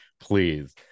please